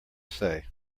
say